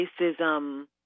racism